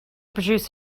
produce